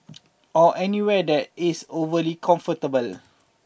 or anywhere that is overly comfortable